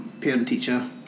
parent-teacher